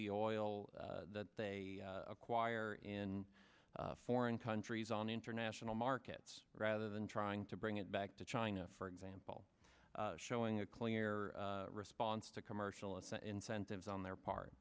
the oil that they acquire in foreign countries on international markets rather than trying to bring it back to china for example showing a clear response to commercial incentives on their part